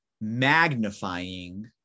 magnifying